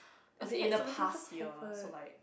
as in in the past year so like